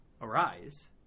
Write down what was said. Arise